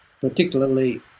particularly